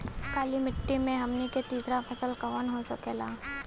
काली मिट्टी में हमनी के तीसरा फसल कवन हो सकेला?